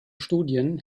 studien